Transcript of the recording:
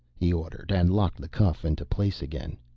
he ordered, and locked the cuff into place again.